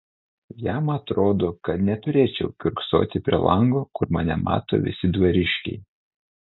jam atrodo kad neturėčiau kiurksoti prie lango kur mane mato visi dvariškiai